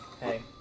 hey